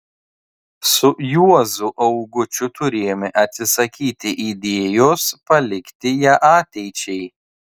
su juozu augučiu turėjome atsisakyti idėjos palikti ją ateičiai